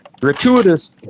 gratuitous